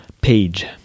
page